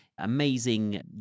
amazing